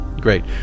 Great